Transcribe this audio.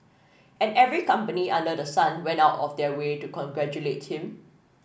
and every company under the sun went out of their way to congratulate him